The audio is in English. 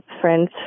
friends